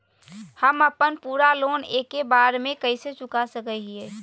हम अपन पूरा लोन एके बार में कैसे चुका सकई हियई?